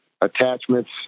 attachments